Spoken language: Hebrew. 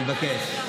אני מבקש.